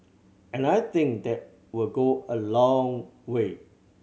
and I think that will go a long way